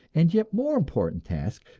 and yet more important task,